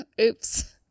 Oops